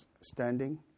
standing